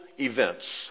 events